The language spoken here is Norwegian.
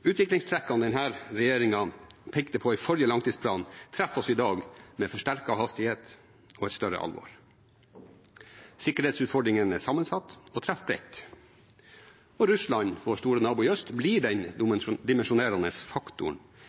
Utviklingstrekkene denne regjeringen pekte på i forrige langtidsplan, treffer oss i dag med forsterket hastighet og større alvor. Sikkerhetsutfordringene er sammensatt og treffer bredt. Russland, vår store nabo i øst, blir den dimensjonerende faktoren